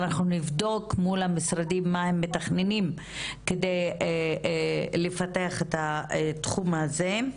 אנחנו נבדוק מול המשרדים מה הם מתכננים על מנת לפתח את התחום הזה.